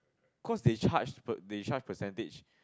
cause they charge per they charge percentage